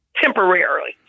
temporarily